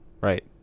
Right